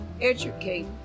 educate